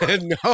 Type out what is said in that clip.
No